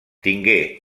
tingué